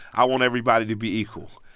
i want everybody to be equal.